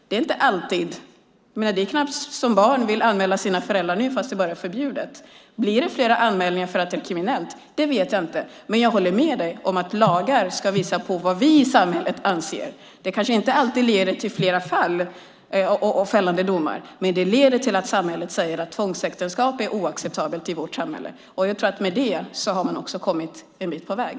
Det är knappt så att barn vill anmäla sina föräldrar nu, fast detta bara är förbjudet. Om det blir fler anmälningar för att detta är kriminellt vet jag inte. Men jag håller med dig om att lagar ska visa på vad vi i samhället anser. Det kanske inte alltid leder till flera fall av fällande domar, men det leder till att samhället säger att tvångsäktenskap är oacceptabelt i vårt samhälle. Jag tror att med det har vi kommit en bit på väg.